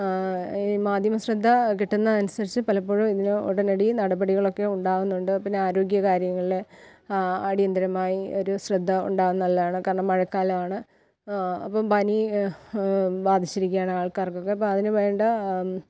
ഈ മാധ്യമ ശ്രദ്ധ കിട്ടുന്നതനുസരിച്ച് പലപ്പോഴും ഇതിന് ഉടനടി നടപടികളൊക്കെ ഉണ്ടാകുന്നുണ്ട് പിന്നാരോഗ്യ കാര്യങ്ങളിൽ അടിയന്തിരമായി ഒരു ശ്രദ്ധ ഉണ്ടാകുന്നതു നല്ലതാണ് കാരണം മഴക്കാലമാണ് അപ്പം പനി ബാധിച്ചിരിയ്ക്കയാണാൾകാർക്കൊക്കെ അപ്പോൾ അതിനുവേണ്ട